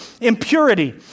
impurity